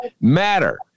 matter